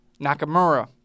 Nakamura